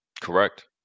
correct